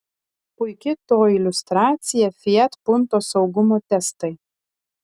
puiki to iliustracija fiat punto saugumo testai